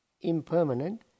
impermanent